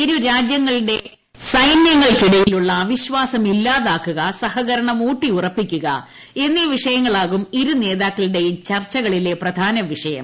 ഇരുരാജ്യങ്ങളുടെ സൈനൃങ്ങൾക്കിടയിലുള്ള തമ്മിലുള്ള അവിശ്വാസം ഇല്ലാതാക്കുക സഹകരണം ഊട്ടിയുറപ്പിക്കുക എന്നീ വിഷയങ്ങളാകും ഇരുനേതാക്കളുടെയും ചർച്ചകളിലെ പ്രധാന വിഷയം